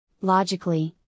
logically